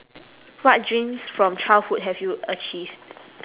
what dreams from childhood have you achieved